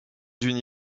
d’une